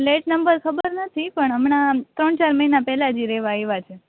flat number ખબર નથી પણ હમણાં ત્રણ ચાર મઇના પેલાજ ઇ રેવા આયવા છે